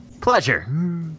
Pleasure